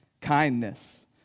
kindness